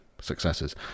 successes